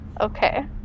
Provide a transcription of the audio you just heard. Okay